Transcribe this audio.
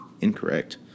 Incorrect